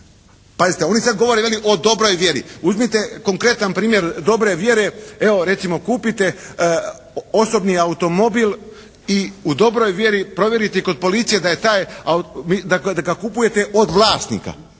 Pazite! Oni sad govore veli o dobroj vjeri. Uzmite konkretan primjer dobre vjere. Evo, recimo kupite osobni automobil i u dobroj vjeri provjerite kod Policije da je taj, dakle da ga kupujete od vlasnika.